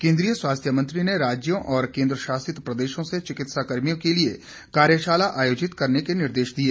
केंद्रीय स्वास्थ्य मंत्री ने राज्यों और केन्द्रशासित प्रदेशों से चिकित्सा कर्मियों के लिए कार्यशाला आयोजित करने के निर्देश दिए